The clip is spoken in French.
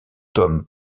tome